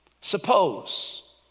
suppose